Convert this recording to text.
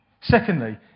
Secondly